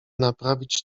naprawić